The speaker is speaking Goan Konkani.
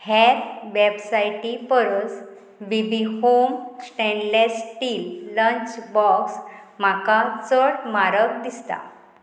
हेर वेबसायटी परस B B home stainless steel lunch box म्हाका चड म्हारग दिसता